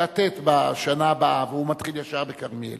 כיתה ט' בשנה הבאה והוא מתחיל ישר בכרמיאל.